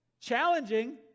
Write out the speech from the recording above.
Challenging